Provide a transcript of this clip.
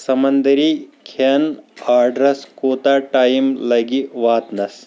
سَمنٛدٔری کھیٚن آرڈرَس کوٗتاہ ٹایِم لگہِ واتنَس ؟